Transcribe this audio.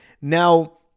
Now